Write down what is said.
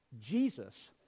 Jesus